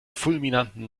fulminanten